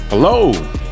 Hello